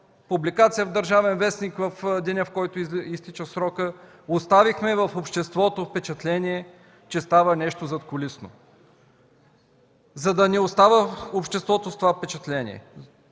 публикация в „Държавен вестник” в деня, в който изтича срокът. Оставихме в обществото впечатлението, че става нещо задкулисно. За да не остава обществото с това впечатление,